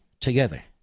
together